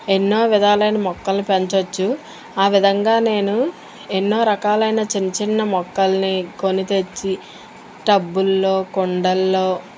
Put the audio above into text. ఎన్నో విధాలైన మొక్కలని పెంచవచ్చు ఆ విధంగా నేను ఎన్నో రకాలైన చిన్న చిన్న మొక్కలని కొని తెచ్చి టబ్బులలో కుండలలో